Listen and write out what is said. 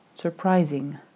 surprising